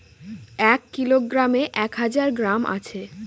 এক কিলোগ্রামে এক হাজার গ্রাম আছে